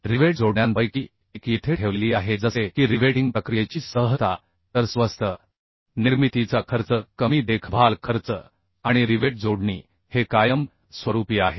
rivet जोडण्यांपैकी एक येथे ठेवलेली आहे जसे की रिवेटिंग प्रक्रियेची सहजता तर स्वस्त निर्मितीचा खर्च कमी देखभाल खर्च आणि रिवेट जोडणी हे कायम स्वरूपी आहे